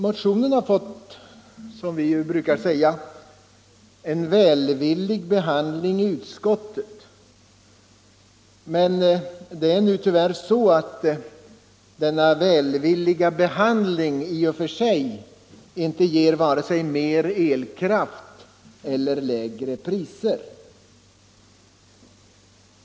Motionen har fått en, som vi brukar säga, välvillig behandling av utskottet. Men det är nu tyvärr så att denna välvilliga behandling i och för sig inte ger vare sig mer elkraft eller lägre priser.